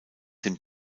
dem